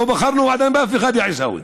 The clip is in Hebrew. לא בחרנו עד היום באף אחד, יא עיסאווי.